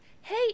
hey